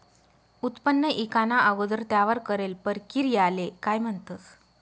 उत्पन्न ईकाना अगोदर त्यावर करेल परकिरयाले काय म्हणतंस?